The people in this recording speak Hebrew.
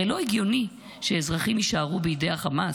הרי לא הגיוני שאזרחים יישארו בידי חמאס,